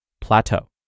plateau